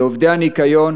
לעובדי הניקיון,